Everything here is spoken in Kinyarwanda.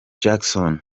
jackson